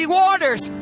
waters